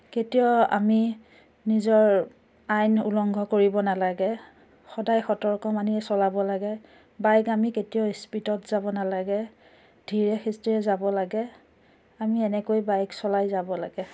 কেতিয়াও আমি নিজৰ আইন উলংঘ কৰিব নালাগে সদায় সতৰ্ক মানিয়েই চলাব লাগে বাইক আমি কেতিয়াও ইস্পীডত যাব নালাগে ধীৰে স্থিৰে যাব লাগে আমি এনেকৈয়ে বাইক চলাই যাব লাগে